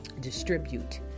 distribute